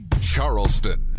Charleston